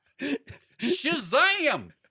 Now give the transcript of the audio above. Shazam